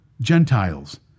Gentiles